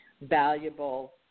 valuable